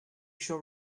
shall